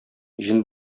җен